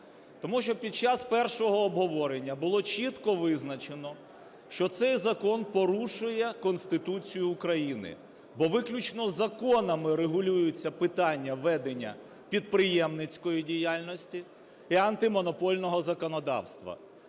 Тому що під час першого обговорення було чітко визначено, що цей закон порушує Конституцію України бо виключно законами регулюються питання ведення підприємницької діяльності і антимонопольного законодавства.